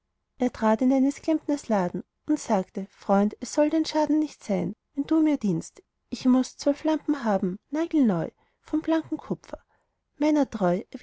er trat in eines klempners laden und sagte freund es soll dein schaden nicht sein wenn du mir dienst ich muß zwölf lampen haben nagelneu von blankem kupfer meiner treu